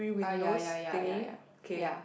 ah ya ya ya ya ya ya